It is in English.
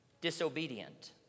disobedient